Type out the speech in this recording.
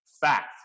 Fact